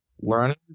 Learning